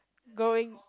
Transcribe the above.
going